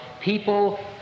people